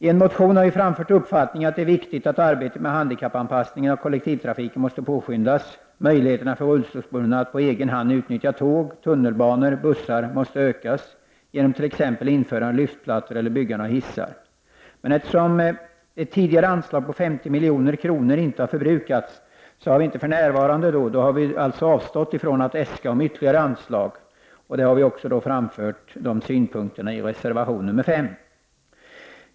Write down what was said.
I en motion har vi framfört uppfattningen att det är viktigt att arbetet med handikappanpassningen av kollektivtrafiken påskyndas. Möjligheterna för rullstolsbundna att på egen hand utnyttja tåg, tunnelbanor och bussar måste ökas genom t.ex. införande av lyftplattor eller byggande av hissar. Eftersom tidigare anslag på 50 milj.kr. inte har förbrukats, har vi för närvarande avstått från att äska ytterligare anslag. Även dessa synpunkter har vi framfört, i reservation nr 5.